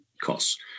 costs